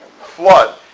flood